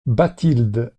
bathilde